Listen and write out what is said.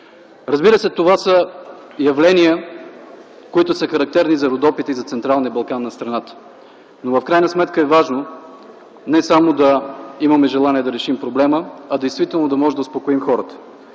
Разбира се, това са явления, които са характерни за Родопите и за Централния Балкан на страната, но в крайна сметка е важно не само да имаме желание да решим проблема, а действително да можем да успокоим хората.